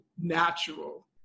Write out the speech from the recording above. natural